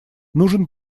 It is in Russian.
нужен